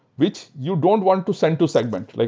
which you don't want to send to segment. like